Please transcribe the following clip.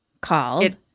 Called